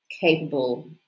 capable